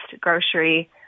grocery